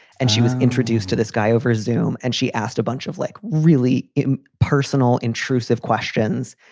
and she was introduced to this guy over zoome. and she asked a bunch of, like, really personal, intrusive questions.